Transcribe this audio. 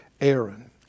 Aaron